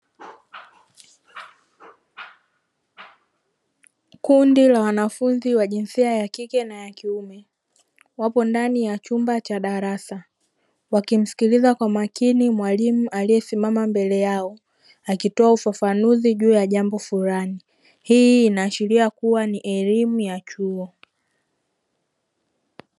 Kundi la wanafunzi wa jinsia ya kike na ya kiume wapo ndani ya chumba cha darasa, wakimsikiliza kwa makini mwalimu aliyesimama mbele yao akitoa ufafanuzi juu ya jambo fulani. Hii inaashiria kuwa ni elimu ya chuo.